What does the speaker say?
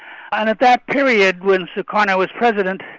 and at that period when soekarno was president,